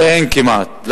כמעט אין.